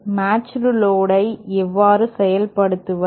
matched load ஐ எவ்வாறு செயல்படுத்துவது